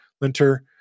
linter